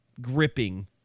gripping